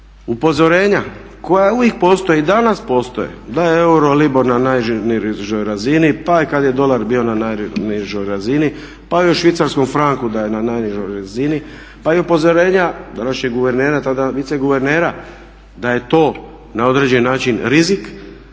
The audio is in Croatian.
Upozorenja koja uvijek postoje i danas postoje, da je euribor na najnižoj razini. Pa kad je dolar bio na najnižoj razini, pa i o švicarskom franku da je na najnižoj razini, pa i upozorenja današnjeg guvernera